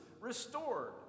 restored